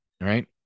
right